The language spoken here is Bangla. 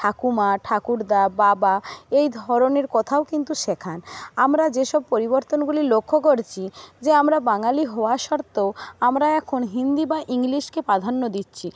ঠাকুরমা ঠাকুরদা বাবা এই ধরনের কথাও কিন্তু শেখান আমরা যেসব পরিবর্তনগুলি লক্ষ্য করছি যে আমরা বাঙালি হওয়া সত্বেও আমরা এখন হিন্দি বা ইংলিশকে প্রাধান্য দিচ্ছি